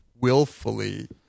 willfully